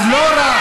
בוועדה.